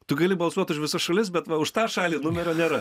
tu gali balsuot už visas šalis bet va už tą šalį numerio nėra